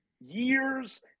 years